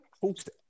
post